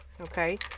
Okay